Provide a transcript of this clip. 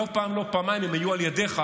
לא פעם ולא פעמיים הם היו על ידיך,